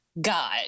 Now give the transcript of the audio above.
God